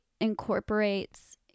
incorporates